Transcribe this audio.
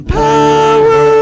power